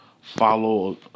follow